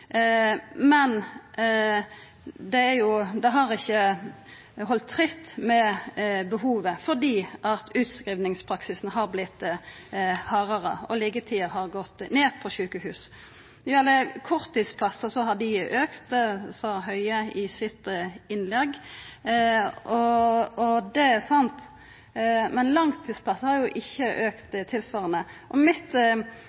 Men det har ikkje halde tritt med behovet, fordi utskrivingspraksisen har vorte hardare og liggjetida har gått ned på sjukehusa. Når det gjeld talet på korttidsplassar, har det auka, sa Høie i innlegget sitt. Det er sant, men talet på langtidsplassar har ikkje